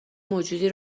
موجودی